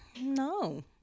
No